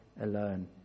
alone